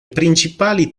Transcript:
principali